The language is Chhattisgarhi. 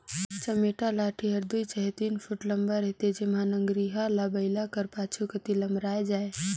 चमेटा लाठी हर दुई चहे तीन फुट लम्मा रहथे जेम्हा नगरिहा ल बइला कर पाछू कती हर लमराए जाए